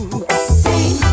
sing